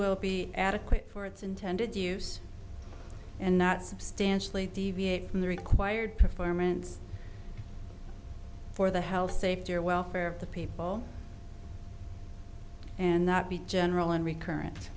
will be adequate for its intended use and not substantially deviate from the required performance for the health safety or welfare of the people and not be general and recurrent